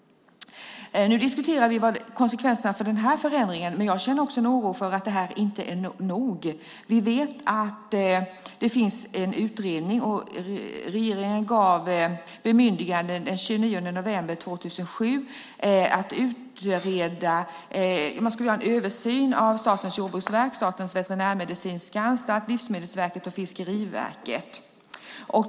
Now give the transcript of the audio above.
Nu diskuterar vi konsekvenserna av just den här förändringen, men jag känner också en oro för att det här inte är nog. Regeringen gav den 29 november 2007 bemyndigande att man skulle utreda och göra en översyn av Statens jordbruksverk, Statens veterinärmedicinska anstalt, Livsmedelsverket och Fiskeriverket.